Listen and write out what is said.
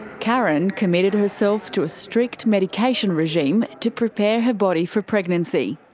karen committed herself to a strict medication regime to prepare her body for pregnancy.